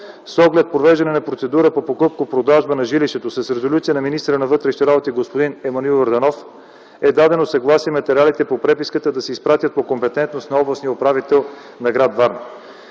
С оглед провеждане на процедура по покупко-продажба на жилището с резолюция на министъра на вътрешните работи господин Емануил Йорданов е дадено съгласие материалите по преписката да се изпратят по компетентност на областния управител на гр. Варна.